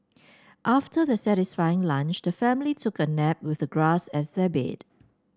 after their satisfying lunch the family took a nap with the grass as their bed